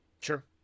sure